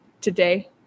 today